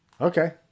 okay